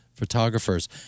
photographers